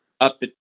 up